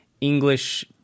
English